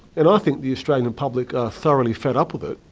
and i think the australian public are thoroughly fed up with it.